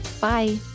Bye